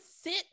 sit